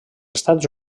estats